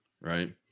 Right